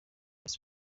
rayon